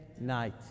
night